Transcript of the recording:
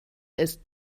ist